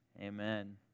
amen